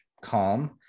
calm